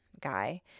guy